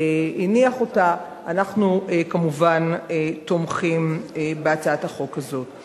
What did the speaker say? אנחנו כמובן תומכים בהצעת החוק הזאת.